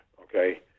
okay